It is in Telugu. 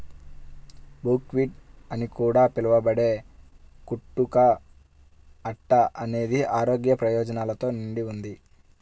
బుక్వీట్ అని కూడా పిలవబడే కుట్టు కా అట్ట అనేది ఆరోగ్య ప్రయోజనాలతో నిండి ఉంది